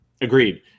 agreed